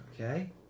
Okay